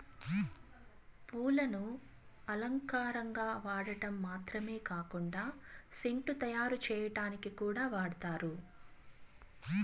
పూలను అలంకారంగా వాడటం మాత్రమే కాకుండా సెంటు తయారు చేయటానికి కూడా వాడతారు